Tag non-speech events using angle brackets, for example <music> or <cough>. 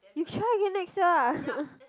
you try again next year lah <laughs>